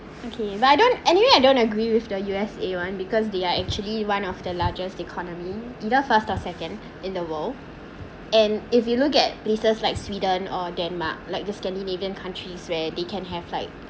okay but I don't anyway I don't agree with the U_S_A [one] because they are actually one of the largest economy either first or second in the world and if you look at places like sweden or denmark like the Scandinavian countries where they can have like